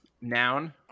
Noun